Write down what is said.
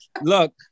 look